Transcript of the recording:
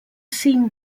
seem